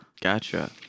Gotcha